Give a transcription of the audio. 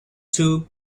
two